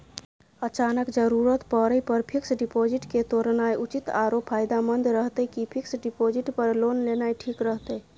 अचानक जरूरत परै पर फीक्स डिपॉजिट के तोरनाय उचित आरो फायदामंद रहतै कि फिक्स डिपॉजिट पर लोन लेनाय ठीक रहतै?